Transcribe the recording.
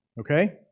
Okay